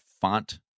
font